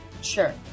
sure